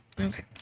okay